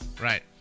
right